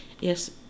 yes